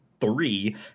three